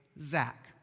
Zach